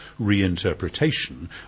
reinterpretation